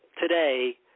today